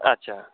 আচ্ছা